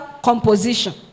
composition